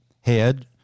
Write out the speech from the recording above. Head